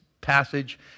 passage